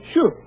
Sure